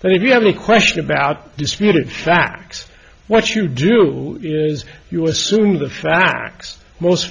that if you have any question about disputed facts what you do is you assume the facts most